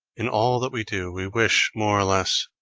in all that we do, we wish, more or less,